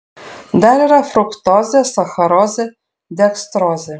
dar yra fruktozė sacharozė dekstrozė